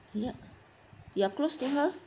yup you're close to her